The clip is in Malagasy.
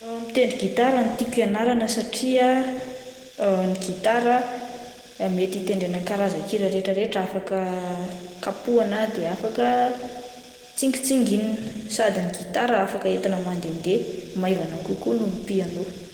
Mitendry gitara no tiako ianarana satria ny gitara mety itendrena ny karazan-kira retraretra, afaka kapohina de afaka tsingitsinginina sady ny gitara afaka entina mandendeha, maivana kokoa noho ny piano.